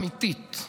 אמיתית,